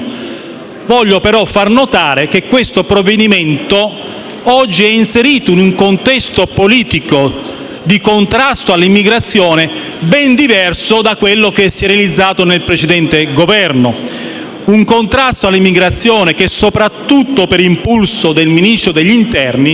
Voglio, però, far notare che siffatto provvedimento oggi è inserito in un contesto politico di contrasto all'immigrazione ben diverso da quello che si è realizzato nel precedente Governo: un contrasto all'immigrazione che, soprattutto per impulso del Ministro dell'interno,